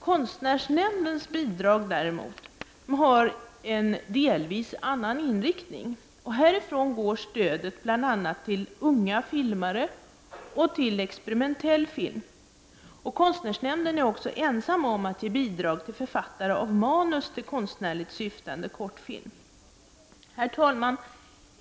Konstnärsnämndens bidrag har däremot delvis en annan inriktning. Härifrån går stödet bl.a. till unga filmare och till experimentell film. Konstnärsnämnden är också ensam om att ge bidrag till författare av manus till konstnärligt syftande kortfilm. Herr talman!